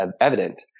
evident